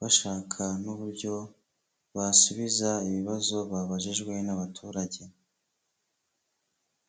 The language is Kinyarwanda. bashaka n'uburyo basubiza ibibazo babajijwe n'abaturage.